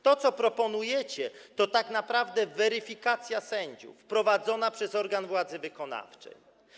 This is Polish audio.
To, co proponujecie, to tak naprawdę weryfikacja sędziów prowadzona przez organ władzy wykonawczej.